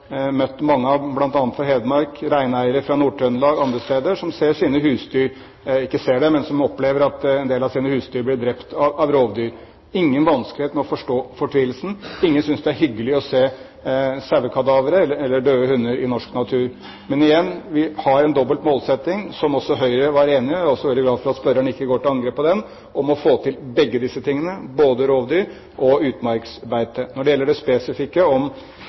møtt mange av, og reineiere fra Nord-Trøndelag og andre steder, som opplever at en del av deres husdyr blir drept av rovdyr. Jeg har ingen vanskeligheter med å forstå fortvilelsen. Ingen synes det er hyggelig å se sauekadavre eller døde hunder i norsk natur. Men igjen: Vi har en dobbelt målsetting, som også Høyre var enig i – jeg er veldig glad for at spørreren ikke går til angrep på den – om å få til begge disse tingene: både rovdyr og utmarksbeite. Når det gjelder det spesifikke om